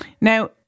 Now